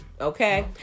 Okay